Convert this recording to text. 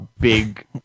big